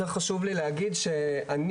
יותר חשוב לי להגיד שאני,